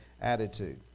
attitude